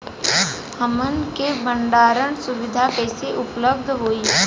हमन के भंडारण सुविधा कइसे उपलब्ध होई?